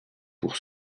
pour